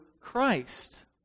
Christ